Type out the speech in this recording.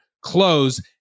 close